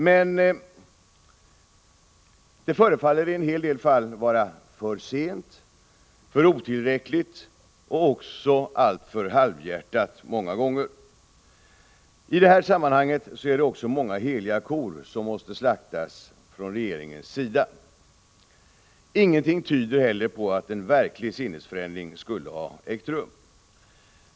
Insatserna förefaller dock komma för sent, vara alltför otillräckliga och i många fall också alltför halvhjärtade, men här är det naturligtvis många heliga kor som regeringen måste slakta. Ingenting tyder på att någon verklig sinnesförändring skulle ha ägt rum.